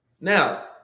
Now